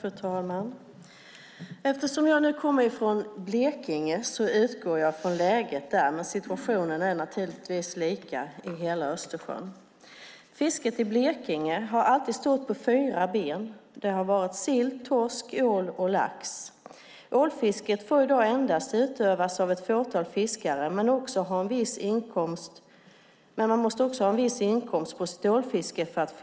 Fru talman! Eftersom jag kommer från Blekinge utgår jag från läget där, men situationen är naturligtvis likadan i hela Östersjön. Fisket i Blekinge har alltid stått på fyra ben - sill, torsk, ål och lax. Ålfisket får i dag utövas endast av ett fåtal fiskare. Man måste också ha en viss inkomst från sitt ålfiske för att